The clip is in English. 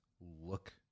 look